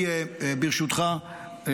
ברשותך,